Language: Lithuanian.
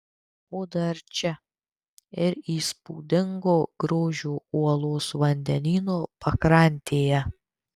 o dar čia ir įspūdingo grožio uolos vandenyno pakrantėje